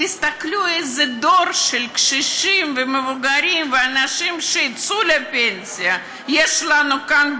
תסתכלו איזה דור של קשישים ומבוגרים ואנשים שיצאו לפנסיה יש לנו כאן,